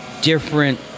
different